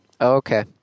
Okay